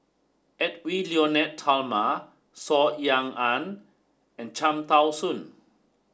Edwy Lyonet Talma Saw Ean Ang and Cham Tao Soon